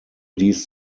dies